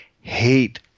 hate